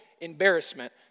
embarrassment